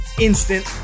Instant